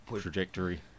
trajectory